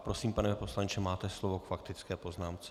Prosím, pane poslanče, máte slovo k faktické poznámce.